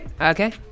Okay